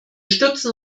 stützen